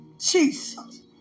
Jesus